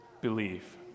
believe